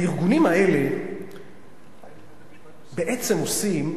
הארגונים האלה בעצם עושים,